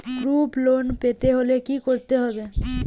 Group loan পেতে হলে কি করতে হবে?